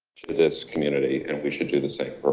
to this community and we should do the same for her.